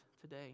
today